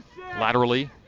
Laterally